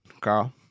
Carl